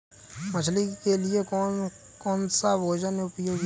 मछली के लिए कौन सा भोजन उपयोगी है?